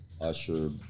usher